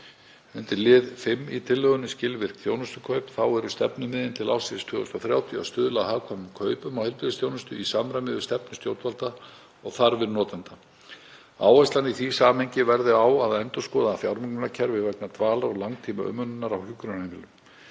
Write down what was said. Undir lið 5 í tillögunni, Skilvirk þjónustukaup, eru stefnumiðin til ársins 2030 að stuðla að hagkvæmum kaupum á heilbrigðisþjónustu í samræmi við stefnu stjórnvalda og þarfir notenda. Áherslan í því samhengi verði á að endurskoða fjármögnunarkerfi vegna dvalar og langtímaumönnunar á hjúkrunarheimilum.